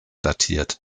datiert